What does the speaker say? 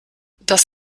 das